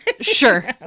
sure